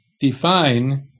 define